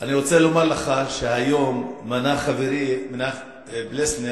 אני רוצה לומר לך שהיום מנה חברי פלסנר